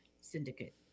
syndicate